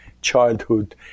childhood